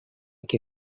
què